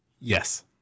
Yes